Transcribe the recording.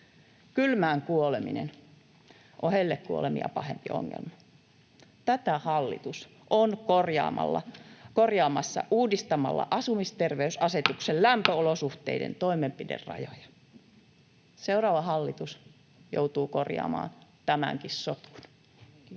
Kylmään kuoleminen on hellekuolemia pahempi ongelma. Tätä hallitus on korjaamassa uudistamalla asumisterveysasetuksen lämpöolosuhteiden toimenpiderajoja. Seuraava hallitus joutuu korjaamaan tämänkin sotkun. — Kiitos.